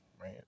right